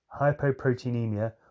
hypoproteinemia